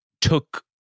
took